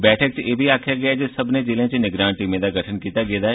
बैठक च आखेआ गेआ जे सब्मनें जिलें च निगरान टीमें दा गठन कीता गेदा ऐ